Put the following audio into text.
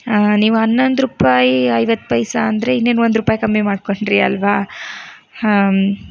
ನೀವು ಹನ್ನೊಂದು ರೂಪಾಯಿ ಐವತ್ತು ಪೈಸ ಅಂದರೆ ಇನ್ನೇನು ಒಂದು ರೂಪಾಯಿ ಕಮ್ಮಿ ಮಾಡಿಕೊಂಡ್ರಿ ಅಲ್ಲವಾ ಹಾಂ